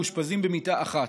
מאושפזים במיטה אחת.